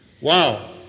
Wow